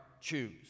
choose